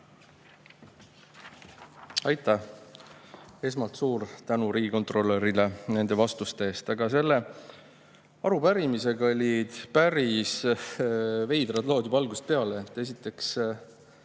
Aitäh! Esmalt suur tänu riigikontrolörile nende vastuste eest! Selle arupärimisega olid päris veidrad lood juba algusest peale. Esiteks,